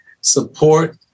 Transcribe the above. support